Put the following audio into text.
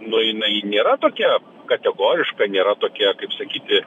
nu jinai nėra tokia kategoriška nėra tokia kaip sakyti